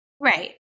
right